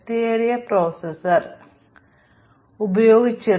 ഞങ്ങൾ ഇനിപ്പറയുന്ന രീതിയിൽ പ്രശ്നം പരാമർശിച്ചില്ല